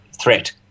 threat